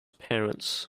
parents